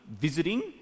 visiting